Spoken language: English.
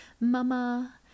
mama